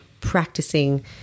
practicing